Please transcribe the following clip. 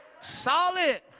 Solid